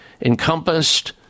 encompassed